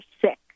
sick